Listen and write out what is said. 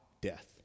death